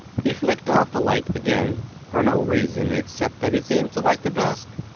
he flicked off the light again, for no reason except that he seemed to like the dusk.